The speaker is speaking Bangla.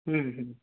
হুম হুম